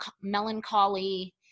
melancholy